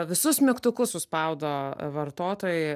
visus mygtukus suspaudo vartotojai